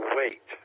wait